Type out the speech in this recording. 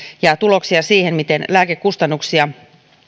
ja tuloksia siihen miten lääkekustannuksia